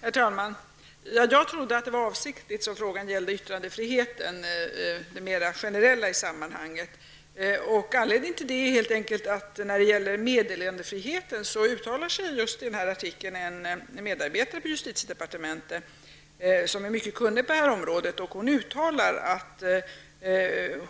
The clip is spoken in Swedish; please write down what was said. Herr talman! Jag trodde att det var avsiktligt som frågan gällde yttrandefriheten mer generellt. Anledningen till det är helt enkelt att en medarbetare på justitiedepartementet, som är mycket kunnig på det här området, i artikeln uttalar sig